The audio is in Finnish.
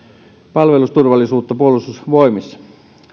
palvelusturvallisuutta puolustusvoimissa